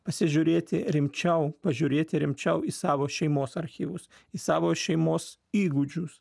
pasižiūrėti rimčiau pažiūrėti rimčiau į savo šeimos archyvus į savo šeimos įgūdžius